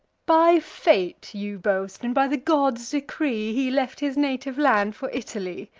by fate, you boast, and by the gods' decree, he left his native land for italy!